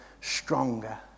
stronger